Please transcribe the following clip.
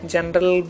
General